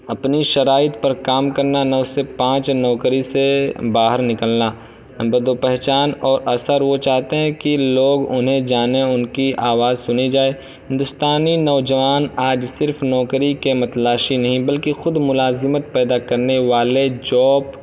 اپنی شرائط پر کام کرنا نو سے پانچ نوکری سے باہر نکلنا بد و پہچان اور اثر وہ چاہتے ہیں کہ لوگ انہیں جانے ان کی آواز سنی جائے ہندوستانی نوجوان آج صرف نوکری کے متلاشی نہیں بلکہ خود ملازمت پیدا کرنے والے جاب